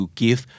give